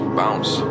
bounce